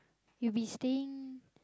you be staying